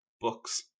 books